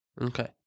Okay